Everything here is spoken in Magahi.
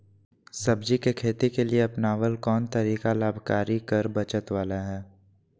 सब्जी के खेती के लिए अपनाबल कोन तरीका लाभकारी कर बचत बाला है?